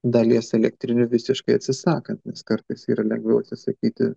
dalies elektrinių visiškai atsisakant nes kartais yra lengviau atsisakyti